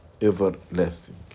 everlasting